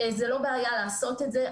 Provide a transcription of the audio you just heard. אין בעיה לעשות את זה.